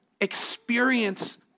experience